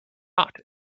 not